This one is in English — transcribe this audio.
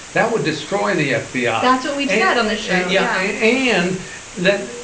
that would destroy the fbi. um that's what we've said on the show. yeah. and that